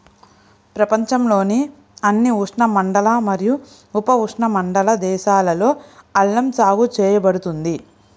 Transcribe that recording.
ప్రపంచంలోని అన్ని ఉష్ణమండల మరియు ఉపఉష్ణమండల దేశాలలో అల్లం సాగు చేయబడుతుంది